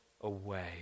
away